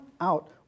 out